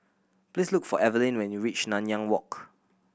please look for Evelin when you reach Nanyang Walk